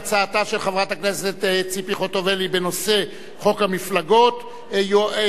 ההצעה להעביר את הצעת חוק המפלגות (תיקון,